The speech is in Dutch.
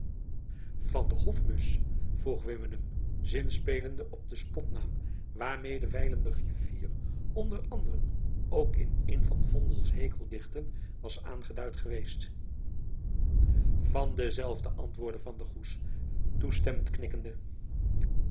van den hofmusch vroeg wimmenum zinspelende op den spotnaam waarmede wijlen de griffier onder anderen ook in een van vondels hekeldichten was aangeduid geweest van denzelfden antwoordde van der goes toestemmend